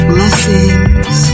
Blessings